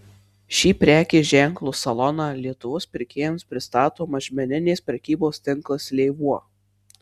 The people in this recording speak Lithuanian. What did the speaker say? šį prekės ženklo saloną lietuvos pirkėjams pristato mažmeninės prekybos tinklas lėvuo